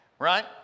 Right